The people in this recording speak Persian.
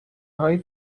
های